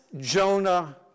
Jonah